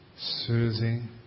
soothing